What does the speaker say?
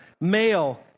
Male